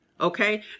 okay